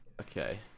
Okay